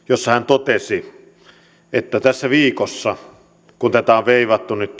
jossa hän totesi että tässä viikossa kun perussuomalaisten vaatimuksesta on veivattu nyt